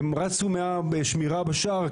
הם רצו משמירה בשער,